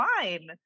fine